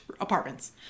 Apartments